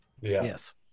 yes